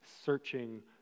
searching